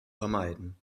vermeiden